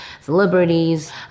celebrities